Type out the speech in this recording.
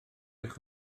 eich